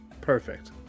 Perfect